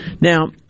Now